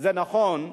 זה נכון,